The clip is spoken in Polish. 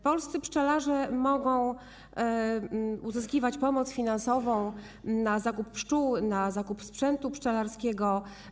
Polscy pszczelarze mogą uzyskiwać pomoc finansową na zakup pszczół i sprzętu pszczelarskiego.